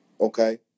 Okay